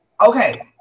okay